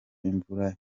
imvura